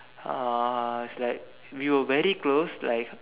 uh it's like we were very close like